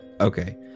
Okay